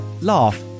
laugh